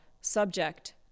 subject